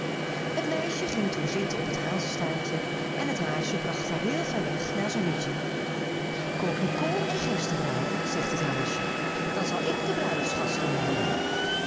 t meisje ging toen zitten op t hazestaartje en het haasje bracht haar heel ver weg naar zijn hutje kook nu kool en gerstebrij zegt t haasje dan zal ik de bruiloftsgasten nooden